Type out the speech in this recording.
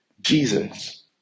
Jesus